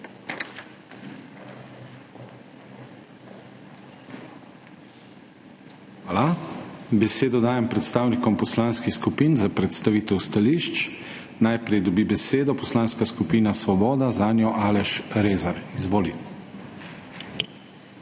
Hvala. Besedo dajem predstavnikom poslanskih skupin za predstavitev stališč. Najprej dobi besedo Poslanska skupina Svoboda, zanjo Aleš Rezar. Izvoli. ALEŠ